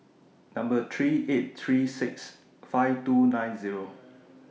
Number three eight three six five two nine Zero